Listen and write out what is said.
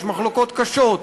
יש מחלוקות קשות,